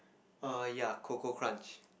err ya Koko-Crunch